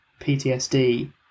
PTSD